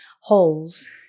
holes